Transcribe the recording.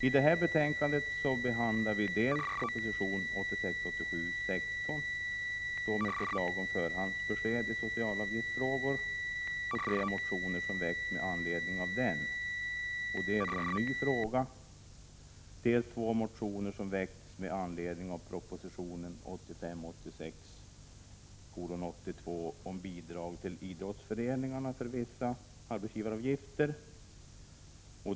I det här betänkandet behandlar vi dels proposition 1986 86:82, om bidrag till idrottsföreningar för vissa arbetsgivaravgifter.